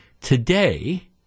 Today